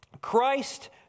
Christ